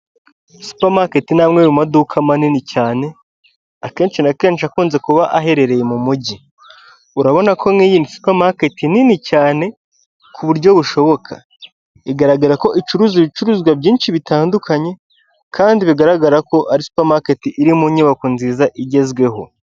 Supa maketi ni amwe mu maduka manini cyane, akenshi na kenshi akunze kuba aherereye mu mujyi. Urabona ko nk'iyi supa maketi ari nini cyane ku buryo bushoboka. Igaragara ko icuruza ibicuruzwa byinshi bitandukanye, kandi bigaragara ko ari supa maketi iri mu nyubako nziza igezweho.